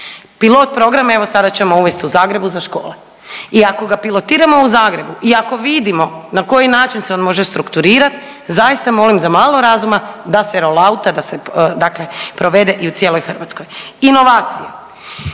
Pilot program evo sada ćemo uvest u Zagrebu za škole i ako ga pilotiramo u Zagrebu i ako vidimo na koji način se on može strukturirat, zaista molim za malo razuma da se rolauta da se provede i u cijeloj Hrvatskoj. Inovacije,